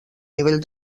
nivell